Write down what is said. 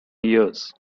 years